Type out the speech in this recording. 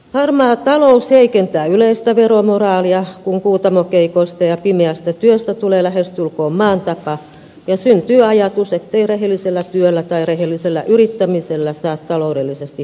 harmaa talous heikentää yleistä veromoraalia kun kuutamokeikoista ja pimeästä työstä tulee lähestulkoon maan tapa ja syntyy ajatus ettei rehellisellä työllä tai rehellisellä yrittämisellä saa taloudellisesti tyydyttävää tulosta